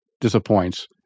disappoints